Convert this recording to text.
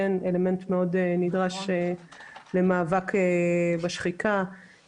אלמנט מאוד נדרש למאבק בשחיקה,